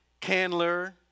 Candler